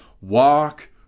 Walk